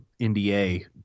NDA